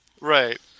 Right